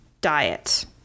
diet